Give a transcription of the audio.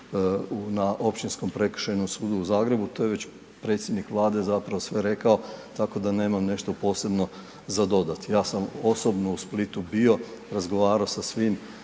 na Općinskom prekršajnom sudu u Zagrebu, to je već predsjednik Vlade zapravo sve rekao tako da nemam nešto posebno za dodati. Ja sam osobno u Splitu bio, razgovarao sa svim